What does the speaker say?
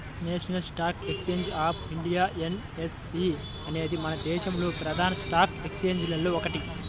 national stock exchange of India NSE అనేది మన దేశంలోని ప్రధాన స్టాక్ ఎక్స్చేంజిల్లో ఒకటి